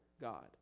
God